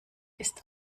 ist